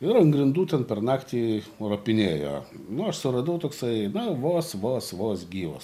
ir ant grindų ten per naktį ropinėjo nu aš suradau toksai na vos vos vos gyvas